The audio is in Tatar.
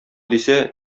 дисә